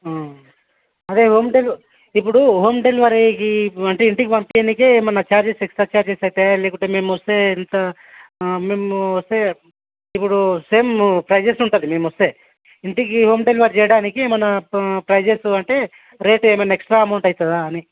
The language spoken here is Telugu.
అదే హోమ్ డెలివరీ ఇప్పుడు హోమ్ డెలివరీకి అంటే ఇంటికి పంపించడానికి ఏమన్న చార్జెస్ ఎక్స్ట్రా చార్జెస్ అవుతాయా లేకుంటే మేము వస్తే ఎంత మేము వస్తే ఇప్పుడు సేమ్ ప్రైసెస్ ఉంటుంది మేము వస్తే ఇంటికి హోమ్ డెలివరీ చేయడానికి ఏమన్న ప ప్రైసెస్ అంటే రేట్ ఏమన్న ఎక్స్ట్రా అమౌంట్ అవుతుందా అని